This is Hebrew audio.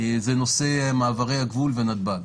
זה נושא מעברי הגבול ונתב"ג.